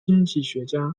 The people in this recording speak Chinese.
经济学家